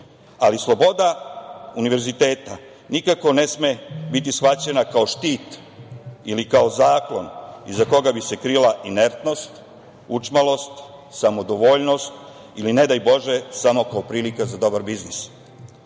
Ali, sloboda univerziteta nikako ne sme biti shvaćena kao štit ili kao zakon iza koga bi se krila inertnost, učmalost, samodovoljnost ili ne daj bože samo kao prilika za dobar biznis.U